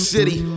City